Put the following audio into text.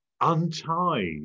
untied